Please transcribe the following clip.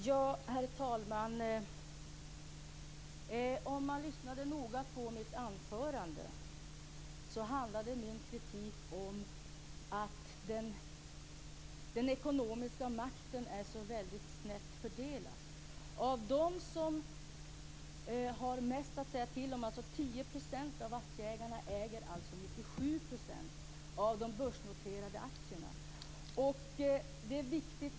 Herr talman! Om man lyssnade noga på mitt anförande kunde man höra att min kritik handlade om att den ekonomiska makten är så väldigt snett fördelad.